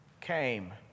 came